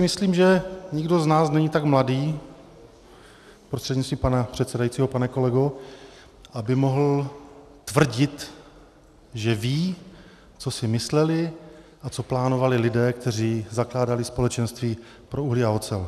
Myslím si, že nikdo z nás není tak mladý, prostřednictvím pana předsedajícího pane kolego, aby mohl tvrdit, že ví, co si mysleli a co plánovali lidé, kteří zakládali společenství pro uhlí a ocel.